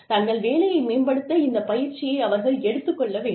தங்கள் வேலையை மேம்படுத்த இந்த பயிற்சியை அவர்கள் எடுத்துக் கொள்ள வேண்டும்